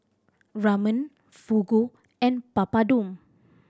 Ramen Fugu and Papadum